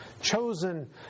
chosen